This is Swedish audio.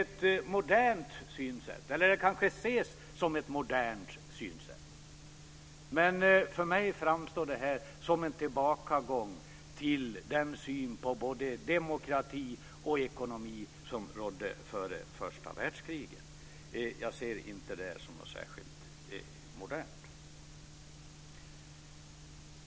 Det kanske ses som ett modernt synsätt. Men för mig framstår detta som en tillbakagång till den syn på både demokrati och ekonomi som rådde före första världskriget. Jag ser inte detta som något särskilt modernt.